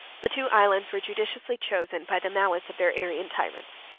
the two islands were judiciously chosen by the malice of their arian tyrants.